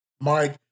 Mike